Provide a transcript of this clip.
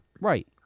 right